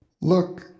Look